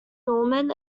norman